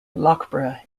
loughborough